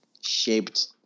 shaped